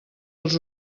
els